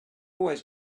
always